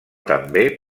també